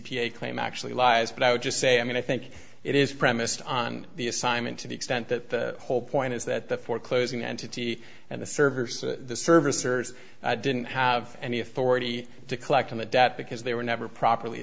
a claim actually lies but i would just say i mean i think it is premised on the assignment to the extent that the whole point is that the foreclosing entity and the servers service or didn't have any authority to collect on the debt because they were never properly